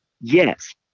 Yes